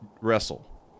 wrestle